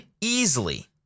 easily